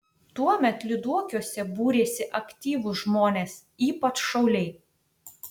tuomet lyduokiuose būrėsi aktyvūs žmonės ypač šauliai